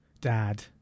dad